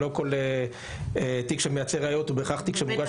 לא כל תיק שמייצר ראיות הוא בהכרח תיק שמוגש